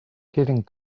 getting